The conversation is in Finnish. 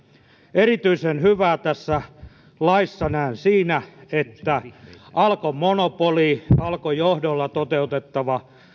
erityisen hyvää tässä laissa näen siinä että alkon monopoli alkon johdolla toteutettava